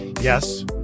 Yes